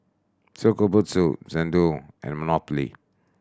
Shokubutsu Xndo and Monopoly